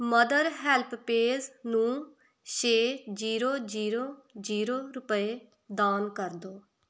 mother HelpAge ਨੂੰ ਛੇ zero zero zero ਰੁਪਏ ਦਾਨ ਕਰ ਦਿਉ